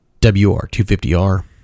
WR250R